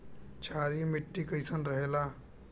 क्षारीय मिट्टी कईसन रहेला?